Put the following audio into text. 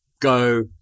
go